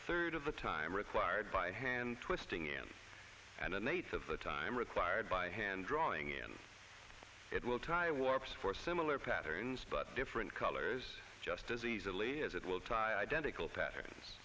third of the time required by hand twisting in an eighth of the time required by hand drawing and it will tie warps for similar patterns but different colors just as easily as it will tie identical patterns